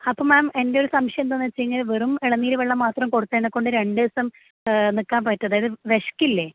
അപ്പം മാം എൻറെ ഒരു സംശയം എന്താണെന്ന് വെച്ച് കഴിഞ്ഞാൽ വെറും ഇളനീർ വെള്ളം മാത്രം കൊടുത്താൽ അതിനെ കൊണ്ട് രണ്ട് ദിവസം നിൽക്കാൻ പറ്റുമോ അതായത് വിശക്കില്ലേ